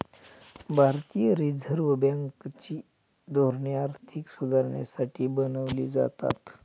भारतीय reserve bank ची धोरणे आर्थिक सुधारणेसाठी बनवली जातात